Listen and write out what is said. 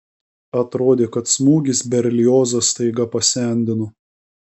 atrodė kad smūgis berliozą staiga pasendino